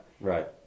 Right